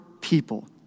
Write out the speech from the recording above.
people